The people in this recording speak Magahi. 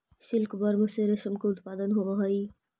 सिल्कवर्म से रेशम के उत्पादन होवऽ हइ